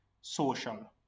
social